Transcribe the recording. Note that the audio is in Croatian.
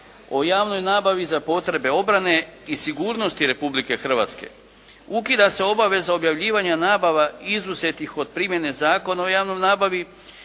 o javnoj nabavi za potrebe obrane i sigurnosti Republike Hrvatske. Ukida se obaveza objavljivanja nabava izuzetih od primjene Zakona o javnoj nabavi.